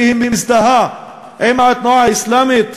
כי היא מזדהה עם התנועה האסלאמית?